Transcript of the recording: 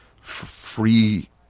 free